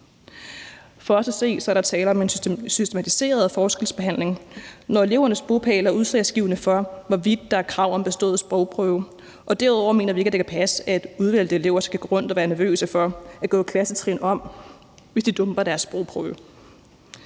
For os at se er der tale om en systematiseret forskelsbehandling, når elevernes bopæl er udslagsgivende for, hvorvidt der er krav om bestået sprogprøve, og derudover mener vi ikke, at det kan passe, at udvalgte elever skal gå rundt og være nervøs for at gå et klassetrin om, hvis de dumper i deres sprogprøve.